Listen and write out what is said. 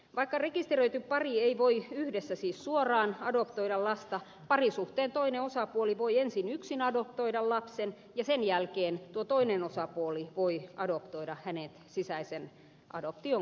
vaikka rekisteröity pari ei voi yhdessä siis suoraan adoptoida lasta parisuhteen toinen osapuoli voi ensin yksin adoptoida lapsen ja sen jälkeen tuo toinen osapuoli voi adoptoida lapsen sisäisen adoption kautta